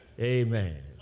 Amen